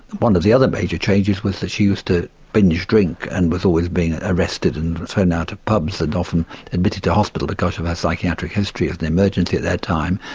one of the other major changes was that she used to binge drink and was always being arrested and thrown out of pubs and often admitted to hospital because of her psychiatric history at the emergency at that time.